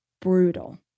brutal